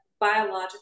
biological